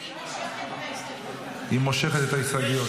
אני מושכת את ההסתייגויות.